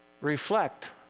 Reflect